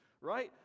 right